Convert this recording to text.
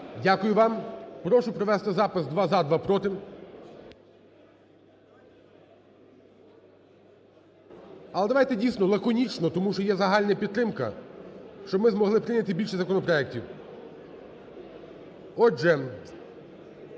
Дякую вам. Прошу провести запис: два – "за", два – "проти". Але давайте, дійсно, лаконічно, тому що є загальна підтримка, щоб ми змогли прийняти більше законопроектів. Отже,